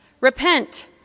Repent